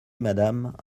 madame